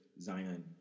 Zion